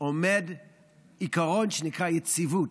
עומד עיקרון שנקרא "יציבות",